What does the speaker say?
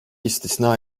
istisna